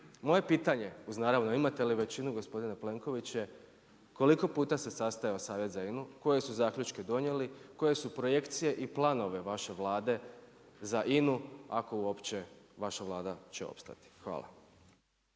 Moje pitanje, uz naravno imate li većinu gospodine Plenković je, koliko puta se sastajao Savjet za INA-u, koje su zaključke donijeli, koje su projekcije i planove vaše Vlade za INA-u ako će uopće vaša Vlada opstati? Hvala.